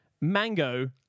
Mango